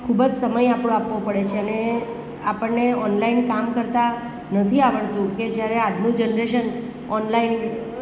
ખૂબ જ સમય આપવો પડે છે અને આપણને ઓનલાઇન કામ કરતા નથી આવડતું કે જ્યારે આજની જનરેશન ઓનલાઇન